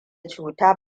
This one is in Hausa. cuta